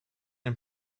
and